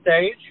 stage